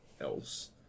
else